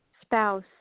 spouse